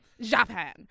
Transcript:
Japan